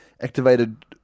activated